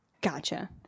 Gotcha